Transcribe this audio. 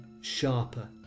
sharper